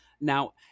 Now